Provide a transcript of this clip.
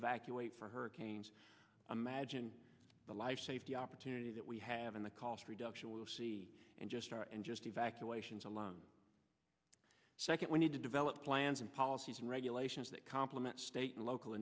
evacuate for hurricanes imagine the life safety opportunity that we have and the cost reduction will see and just our and just evacuations alone second we need to develop plans and policies and regulations that complement state and local